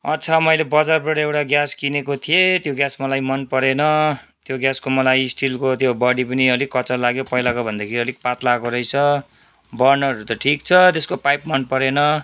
अच्छा मैले बजारबाट एउटा ग्यास किनेको थे त्यो ग्यास मलाई मन परेन त्यो ग्यासको मलाई स्टिलको त्यो बडी पनि अलिक कच्चा लाग्यो पहिलाकोभन्दा अलिक पातला आएको रहेछ बर्नरहरू त ठिक छ त्यसको पाइप मन परेन